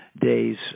days